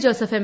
Joseph M